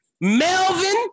Melvin